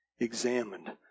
Examined